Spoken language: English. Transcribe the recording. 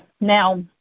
Now